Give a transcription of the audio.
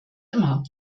immer